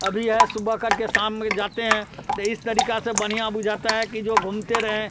अभी है सुबह करके शाम में जाते हैं तो इस तरीक़ा से बढ़िया हो जाता है कि जो घूमते रहें